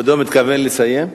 כבודו מתכוון לסיים?